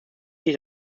sich